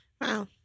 Wow